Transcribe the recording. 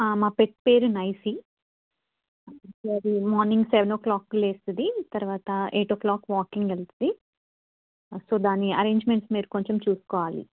మా పెట్ పేరు నైసి మార్నింగ్ సెవెన్ ఓ క్లాక్కి లేస్తుంది తర్వాత ఎయిట్ ఓ క్లాక్ వాకింగ్ వెళ్తుంది సో దాన్ని అరేంజ్మెంట్స్ మీరు కొంచెం చూసుకోవాలి